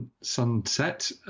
sunset